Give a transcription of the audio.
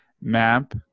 map